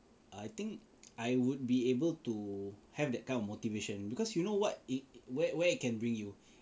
I think I would be able to have that kind of motivation because you know what it where where it can bring you